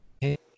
hey